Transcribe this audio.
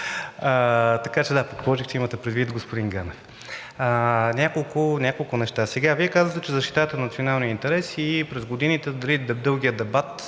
Така че да – предположих, че имате предвид господин Ганев. Няколко неща. Сега, Вие казвате, че защитавате националния интерес и през годините дългия дебат